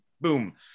boom